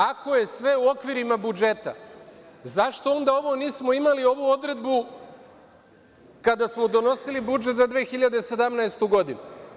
Ako je sve u okvirima budžeta, zašto nismo imali ovu odredbu kada smo donosili budžet za 2017. godinu?